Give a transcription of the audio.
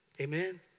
Amen